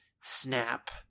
snap